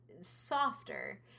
softer